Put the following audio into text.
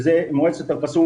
שזה מועצת אל קסום